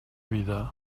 vida